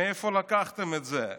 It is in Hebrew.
מאיפה לקחתם את זה?